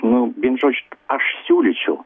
nu vienu žodžiu aš siūlyčiau